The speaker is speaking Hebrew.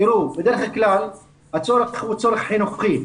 תראו, בדרך כלל הצורך הוא צורך חינוכי.